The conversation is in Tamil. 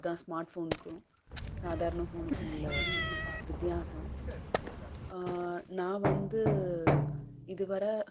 அதுதான் ஸ்மார்ட் ஃபோனுக்கும் சாதாரண ஃபோனுக்கும் உள்ள வித்தியாசம் நான் வந்து இதுவரை